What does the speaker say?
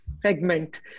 segment